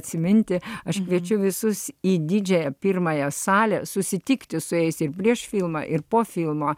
atsiminti aš kviečiu visus į didžiąją pirmąją salę susitikti su jais ir prieš filmą ir po filmo